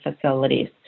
facilities